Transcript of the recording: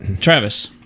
Travis